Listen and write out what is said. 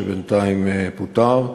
שבינתיים פוטר.